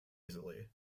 easily